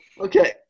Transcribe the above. Okay